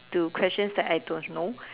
to questions that I don't know